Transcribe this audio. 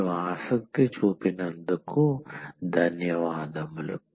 మీరు ఆసక్తి చూపినందుకు ధన్యవాదములు